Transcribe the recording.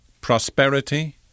prosperity